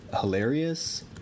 hilarious